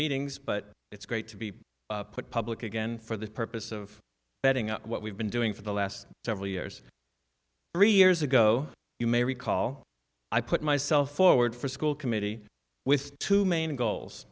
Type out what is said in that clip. meetings but it's great to be put public again for the purpose of getting up what we've been doing for the last several years three years ago you may recall i put myself forward for school committee with two main goals